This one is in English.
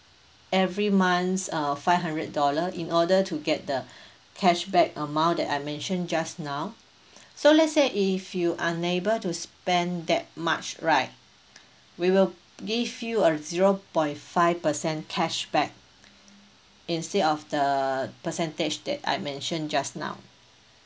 every month uh five hundred dollar in order to get the cashback amount that I mentioned just now so let's say if you unable to spend that much right we will give you a zero point five percent cashback instead of the percentage that I mentioned just now